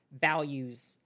values